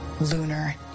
lunar